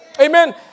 Amen